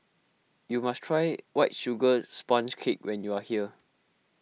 you must try White Sugar Sponge Cake when you are here